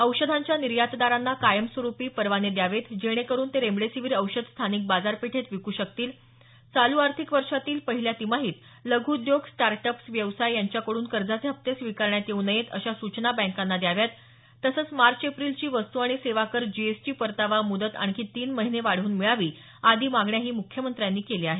औषधांच्या निर्यातदारांना कायमस्वरूपी परवाने द्यावेत जेणे करून ते रेमडीसीवीर औषध स्थानिक बाजारपेठेत विक् शकतील चालू आर्थिक वर्षातील पहिल्या तिमाहीत लघ उद्योग स्टार्ट अप्स व्यवसाय यांकड्रन कर्जाचे हप्ते स्वीकारण्यात येऊ नयेत अशा सूचना बँकांना द्याव्यात तसंच मार्च एप्रिलची वस्तू आणि सेवा कर जीएसटी परतावा मुदत आणखी तीन महिने वाढवून मिळावी आदी मागण्याही मुख्यमंत्र्यांनी केल्या आहेत